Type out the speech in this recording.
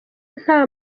nta